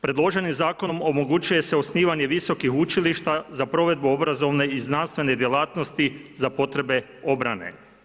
Predloženim zakonom omogućuje se osnivanje visokih učilišta za provedbu obrazovne i znanstvene djelatnosti za potrebe obrane.